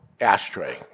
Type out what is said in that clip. ashtray